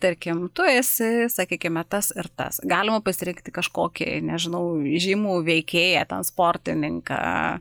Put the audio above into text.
tarkim tu esi sakykime tas ir tas galima pasirinkti kažkokį nežinau žymų veikėją ten sportininką